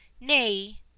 Nay